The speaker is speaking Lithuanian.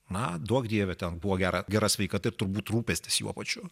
na duok dieve ten buvo gera gera sveikata turbūt rūpestis juo pačiu